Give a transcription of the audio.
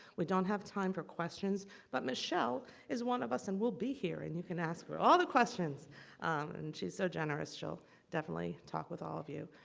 we don't have time for questions but michelle is one of us and will be here and you can ask for all the questions and she's so generous she'll definitely talk with all of you.